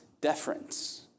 deference